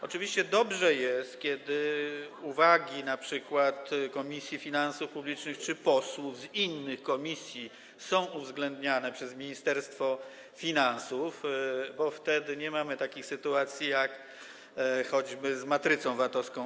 Oczywiście dobrze jest, kiedy uwagi np. Komisji Finansów Publicznych czy posłów z innych komisji są uwzględniane przez Ministerstwo Finansów, bo wtedy nie mamy takich sytuacji, jak choćby ostatnio z matrycą VAT-owską.